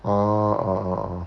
orh orh orh orh